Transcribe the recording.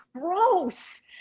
gross